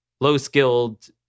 low-skilled